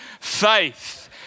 faith